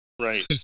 Right